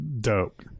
Dope